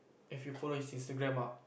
if you follow his instagram ah